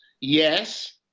yes